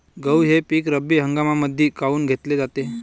गहू हे पिक रब्बी हंगामामंदीच काऊन घेतले जाते?